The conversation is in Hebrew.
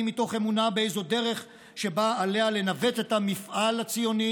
מתוך אמונה באיזו דרך שבה עליה לנווט את המפעל הציוני,